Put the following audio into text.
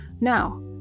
Now